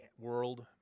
world